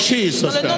Jesus